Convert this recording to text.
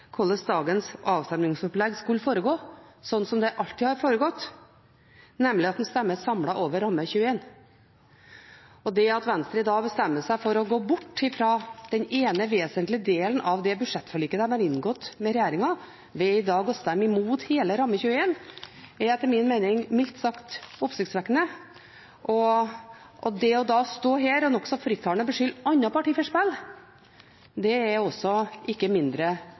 hvordan dagens avstemningsopplegg skulle foregå – slik som det alltid har foregått – nemlig at en stemmer samlet over rammeområde 21. Det at Venstre i dag bestemmer seg for å gå bort fra den ene vesentlige delen av det budsjettforliket de har inngått med regjeringen, ved i dag å stemme mot hele rammeområde 21, er etter min mening mildt sagt oppsiktsvekkende. Det da å stå her og nokså frittalende beskylde andre partier for spill, er også ikke mindre